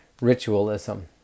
ritualism